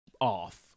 Off